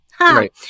Right